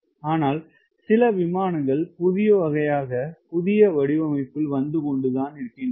ஆனால் சில விமானங்கள் புதிய வகையாக புதிய வடிவமைப்பில் வந்து கொண்டுதான் இருக்கின்றன